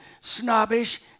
snobbish